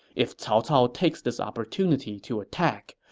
if cao cao takes this opportunity to attack,